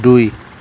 দুই